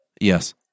yes